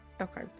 Okay